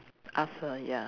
ask her ya